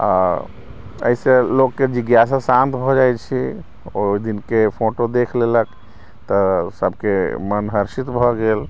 एहिसँ लोकके जिज्ञासा शान्त भऽ जाइ छै ओहि दिनके फोटो देखि लेलक तऽ सभके मन हर्षित भऽ गेल